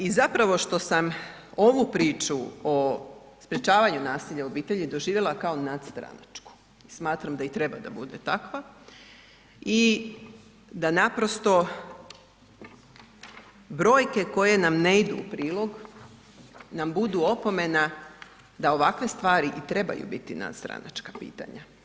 I zapravo što sam ovu priču o sprječavanju nasilja u obitelji doživjela kao nadstranačku, smatram da i treba da bude takva i da naprosto brojke koje nam ne idu u prilog nam budu opomena da ovakve stvari i trebaju biti nadstranačka pitanja.